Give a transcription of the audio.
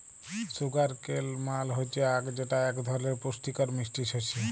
sugar কেল মাল হচ্যে আখ যেটা এক ধরলের পুষ্টিকর মিষ্টি শস্য